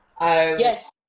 Yes